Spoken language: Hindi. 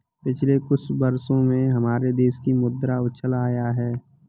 पिछले कुछ वर्षों में हमारे देश की मुद्रा में उछाल आया है